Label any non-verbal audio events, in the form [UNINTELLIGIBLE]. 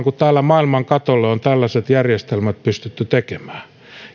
[UNINTELLIGIBLE] kun tänne maailman katolle on tällaiset järjestelmät pystytty tekemään